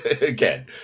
again